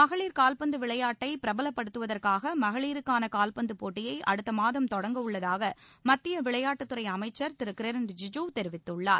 மகளிர் கால்பந்து விளையாட்டை பிரபலப்படுத்துவதற்காக மகளிருக்கான கால்பந்து போட்டியை அடுத்த மாதம் தொடங்கவுள்ளதாக மத்திய விளையாட்டுத்துறை அமைச்சர் திரு கிரண் ரிஜிஜு தெரிவித்துள்ளார்